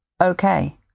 okay